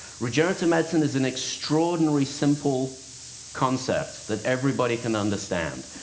regenerative medicine is an extraordinarily simple concept that everybody can understand.